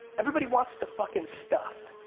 everybody wants the fucking stuff.